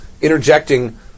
interjecting